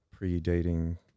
predating